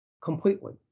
Completely